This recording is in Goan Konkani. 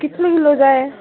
कितले किलो जाय